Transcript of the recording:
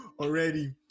already